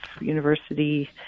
university